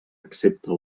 excepte